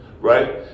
right